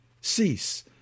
Cease